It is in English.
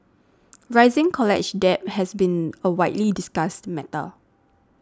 rising college debt has been a widely discussed matter